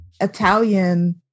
italian